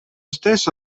stesso